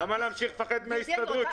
למה להמשיך לפחד מן ההסתדרות?